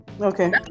okay